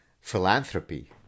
philanthropy